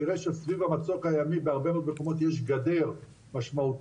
תראה שסביב המצוק הימי בהרבה מאוד מקומות יש גדר משמעותית,